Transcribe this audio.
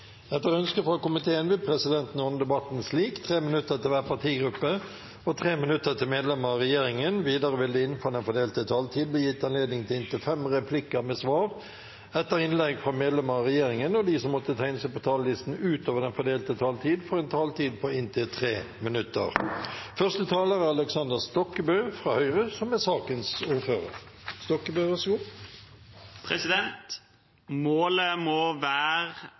Etter ønske fra arbeids- og sosialkomiteen vil presidenten ordne debatten slik: 3 minutter til hver partigruppe og 3 minutter til medlemmer av regjeringen. Videre vil det – innenfor den fordelte taletid – bli gitt anledning til inntil fem replikker med svar etter innlegg fra medlemmer av regjeringen, og de som måtte tegne seg på talerlisten utover den fordelte taletid, får også en taletid på inntil 3 minutter. Målet må være